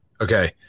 okay